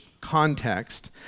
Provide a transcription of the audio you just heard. context